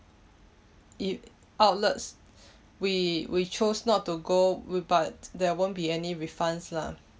you outlets we we chose not to go we but there won't be any refunds lah